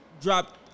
dropped